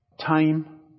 Time